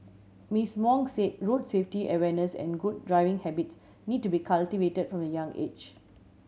Miss Wong say road safety awareness and good driving habit need to be cultivated from a young age